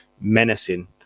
menacing